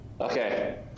okay